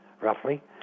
roughly